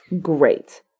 great